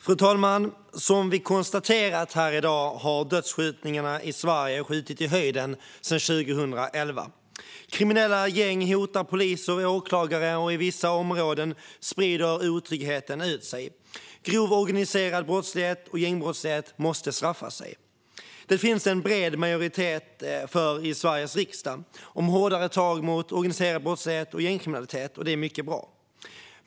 Fru talman! Som vi konstaterat här i dag har dödsskjutningarna i Sverige skjutit i höjden sedan 2011. Kriminella gäng hotar poliser och åklagare, och i vissa områden sprider otryggheten ut sig. Om man ägnar sig åt grov organiserad brottslighet och gängbrottslighet måste det straffa sig. Det finns en bred majoritet i Sveriges riksdag för hårdare tag mot organiserad brottslighet och gängkriminalitet. Det är mycket bra.